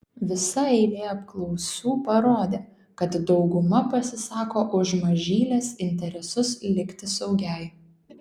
visa eilė apklausų parodė kad dauguma pasisako už mažylės interesus likti saugiai